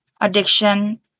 addiction